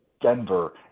Denver